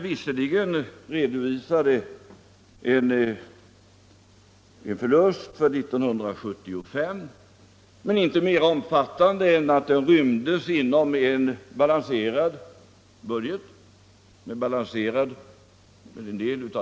Visserligen redovisade man en förlust för 1975, men den var inte mer omfattande än att den rymdes inom en balanserad budget.